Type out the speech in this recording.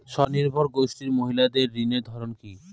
স্বনির্ভর গোষ্ঠীর মহিলাদের ঋণের ধরন কি?